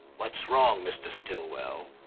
what's wrong, mr. stillwell?